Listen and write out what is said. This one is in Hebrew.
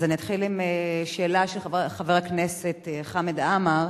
אז אני אתחיל עם שאלה של חבר הכנסת חמד עמאר,